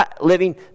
living